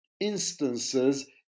Instances